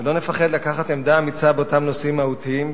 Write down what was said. ולא נפחד לנקוט עמדה אמיצה באותם נושאים מהותיים,